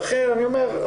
לכן אני אומר,